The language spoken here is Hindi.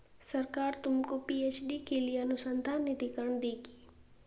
सरकार तुमको पी.एच.डी के लिए अनुसंधान निधिकरण देगी